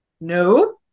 no